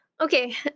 Okay